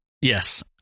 Yes